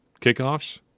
kickoffs